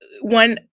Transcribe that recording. one